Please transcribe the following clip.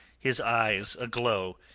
his eyes aglow,